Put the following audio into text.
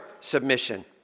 Submission